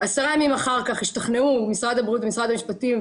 10 ימים אחר כך השתכנעו משרד הבריאות ומשרד המשפטים,